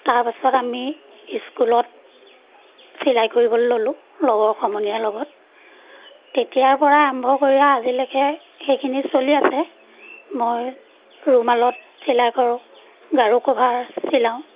তাৰপাছত আমি স্কুলত চিলাই কৰিবলৈ ল'লোঁ লগৰ সমনীয়াৰ লগত তেতিয়াৰপৰা আৰম্ভ কৰি আজিলৈকে সেইখিনি চলি আছে মই ৰুমালত চিলাই কৰোঁ গাৰু কভাৰ চিলাওঁ